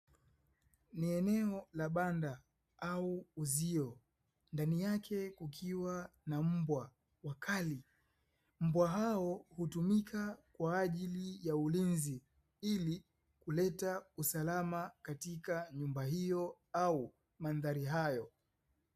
Ni eneo la banda au uzio, ndani yake kukiwa na mbwa wakali. Mbwa hao hutumika kwaajili ya ulinzi ili kuleta usalama katika nyumba hiyo au mandhari hayo.